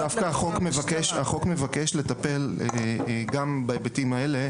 דווקא החוק מבקש לטפל גם בהיבטים האלה